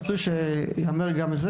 ורצוי שגם זה יאמר,